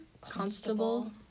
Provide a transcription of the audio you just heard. Constable